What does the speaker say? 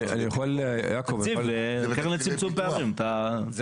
אמר פה זה נכון, זה